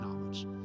knowledge